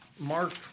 Mark